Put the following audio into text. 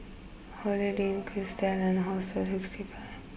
holiday Inn Kerrisdale and Hostel sixty five